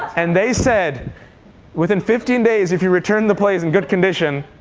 and they said within fifteen days, if you return the plays in good condition,